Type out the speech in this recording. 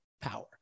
power